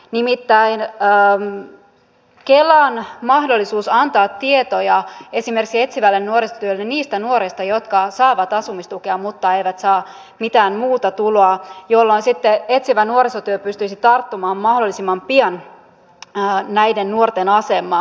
nimittäin kelan mahdollisuus antaa tietoja esimerkiksi etsivälle nuorisotyölle niistä nuorista jotka saavat asumistukea mutta eivät saa mitään muuta tuloa jolloin sitten etsivä nuorisotyö pystyisi tarttumaan mahdollisimman pian näiden nuorten asemaan